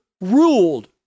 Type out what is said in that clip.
ruled